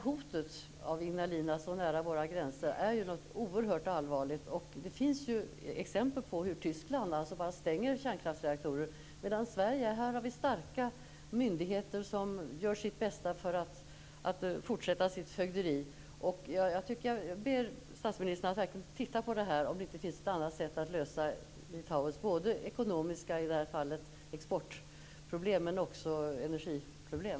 Hotet från Ignalina så nära våra gränser är ju oerhört allvarligt. Det finns ju exempel på hur Tyskland stänger kärnkraftsreaktorer. Vi har starka myndigheter här i Sverige som gör sitt bästa för att fortsätta sitt fögderi. Jag ber statsministern att verkligen titta på om det inte finns ett annat sätt att lösa Litauens ekonomiska exportproblem i det här fallet och även deras energiproblem.